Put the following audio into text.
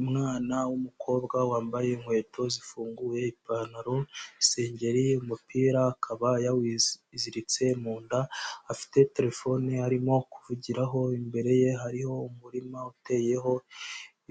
Umwana w'umukobwa wambaye inkweto zifunguye, ipantaro, isengeri, umupira akaba yawiziritse mu nda, afite terefone arimo kuvugiraho, imbere ye hariho umurima uteyeho,